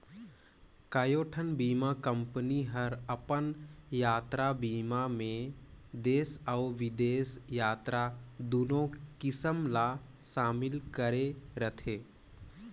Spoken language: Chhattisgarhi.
कयोठन बीमा कंपनी हर अपन यातरा बीमा मे देस अउ बिदेस यातरा दुनो किसम ला समिल करे रथे